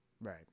Right